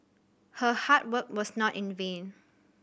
her hard work was not in vain